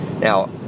Now